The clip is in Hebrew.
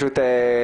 לו